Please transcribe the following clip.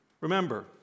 Remember